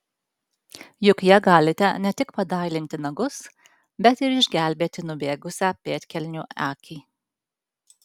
juk ja galite ne tik padailinti nagus bet ir išgelbėti nubėgusią pėdkelnių akį